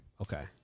Okay